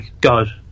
God